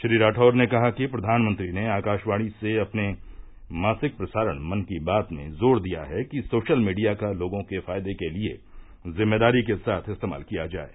श्री राठौड़ ने कहा कि प्रधानमंत्री ने आकाशवाणी से अपने मासिक प्रसारण मन की बात में जोर दिया है कि सोशल मीडिया का लोगों के फायदे के लिए जिम्मेदारी के साथ इस्तेमाल किया जाये